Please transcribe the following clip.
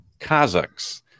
Kazakhs